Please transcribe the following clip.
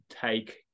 take